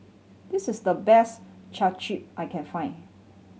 this is the best Japchae I can find